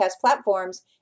platforms